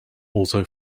also